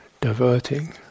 diverting